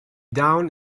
down